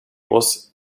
was